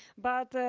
but